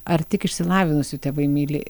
ar tik išsilavinusių tėvai myli